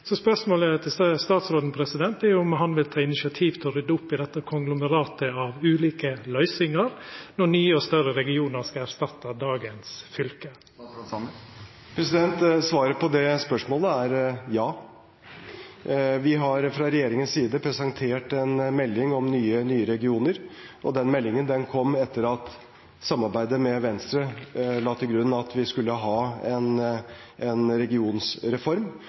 Spørsmålet til statsråden er om han vil ta initiativ til å rydda opp i dette konglomeratet av ulike løysinger når nye og større regionar skal erstatta dagens fylke. Svaret på det spørsmålet er ja. Vi har fra regjeringens side presentert en melding om nye regioner, og den meldingen kom etter at samarbeidet med Venstre la til grunn at vi skulle ha en